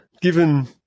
given